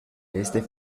este